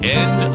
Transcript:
end